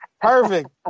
Perfect